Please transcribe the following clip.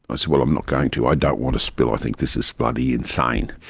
i said well i'm not going to, i don't want to spill, i think this is bloody insane.